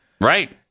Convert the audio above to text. Right